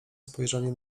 spojrzenie